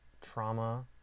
trauma